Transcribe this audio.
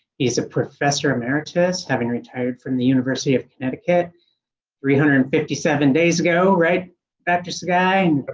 is a professor emeritus, having retired from the university of connecticut three hundred and fifty seven days ago, right doctor sugai and but